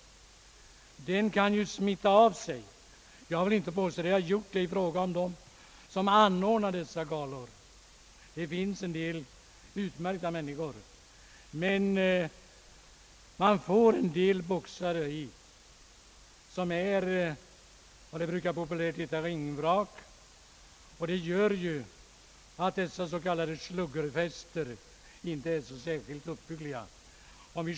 Det kan smitta av sig. Jag vill inte påstå att det har gjort så i fråga om dem som anordnar galor här i landet, ty bland dessa finns en del utmärkta människor. Men man får hit boxare som är, populärt kallat, ringvrak. Därav uppstår dessa s.k. sluggerfester som inte är så särskilt uppbyggliga.